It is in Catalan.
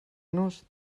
nos